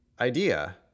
idea